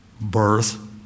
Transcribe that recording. birth